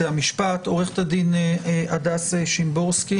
במשפחה או הערכת מסוכנות באלימות במשפחה.